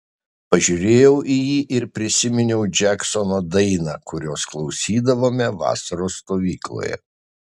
pažiūrėjau į jį ir prisiminiau džeksono dainą kurios klausydavome vasaros stovykloje